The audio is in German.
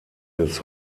des